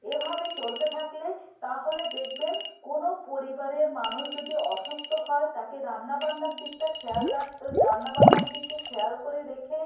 এভাবে চলতে থাকলে তাহলে দেখবেন কোনো পরিবারের মানুষ যদি অসুস্থ হয় তাকে রান্নাবান্নার দিকটা খেয়াল রাখতে রান্নাবান্নার দিকে খেয়াল করে রেখে